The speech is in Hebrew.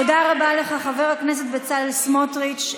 בצלאל, תודה רבה לך, חבר הכנסת בצלאל סמוטריץ'.